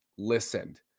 listened